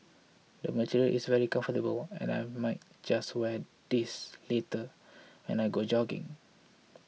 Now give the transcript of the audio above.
the material is very comfortable and I might just wear this later when I go jogging